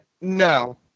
No